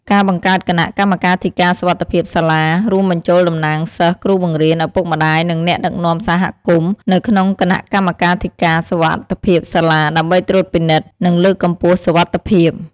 ការបង្កើតគណៈកម្មាធិការសុវត្ថិភាពសាលា រួមបញ្ចូលតំណាងសិស្ស គ្រូបង្រៀន ឪពុកម្ដាយ និងអ្នកដឹកនាំសហគមន៍ នៅក្នុងគណៈកម្មាធិការសុវត្ថិភាពសាលា ដើម្បីត្រួតពិនិត្យ និងលើកកម្ពស់សុវត្ថិភាព។